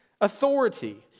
authority